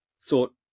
thought